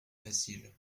facile